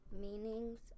Meanings